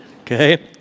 Okay